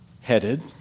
headed